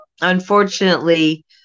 unfortunately